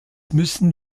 müssen